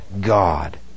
God